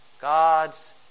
God's